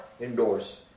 Indoors